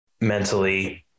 mentally